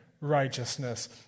righteousness